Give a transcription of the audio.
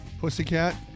Pussycat